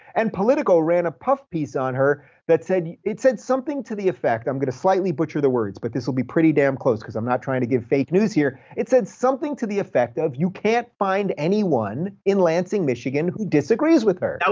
and politico ran a puff piece on her that said, it said something to the effect, i'm going to slightly butcher the words, but this will be pretty damn close because i'm not trying to give fake news here. it said something to the effect of you can't find anyone in lansing, michigan, who disagrees with her.